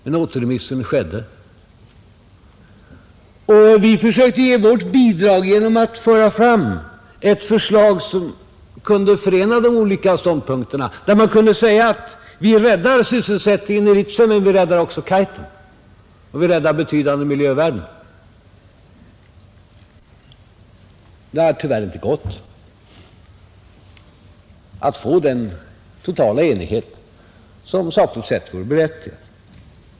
Men återremissen skedde, Vi försökte ge vårt bidrag genom att föra fram ett förslag som kunde förena de olika ståndpunkterna, där man kunde säga att vi räddar sysselsättningen i Ritsem, men vi räddar också Kaitum, och vi räddar betydande miljövärden, Men det har tyvärr inte gått att få den totala enighet som sakligt sett vore berättigad.